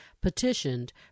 petitioned